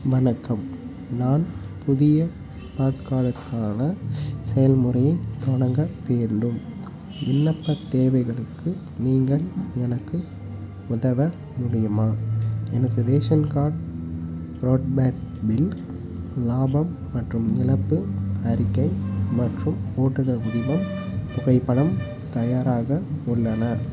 வணக்கம் நான் புதிய பான் கார்டுக்கான ஸ் செயல்முறையை தொடங்க வேண்டும் விண்ணப்பத் தேவைகளுக்கு நீங்கள் எனக்கு உதவ முடியுமா எனது ரேஷன் கார்ட் ப்ராட்பேண்ட் பில் லாபம் மற்றும் இழப்பு அறிக்கை மற்றும் ஓட்டுனர் உரிமம் புகைப்படம் தயாராக உள்ளன